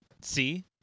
See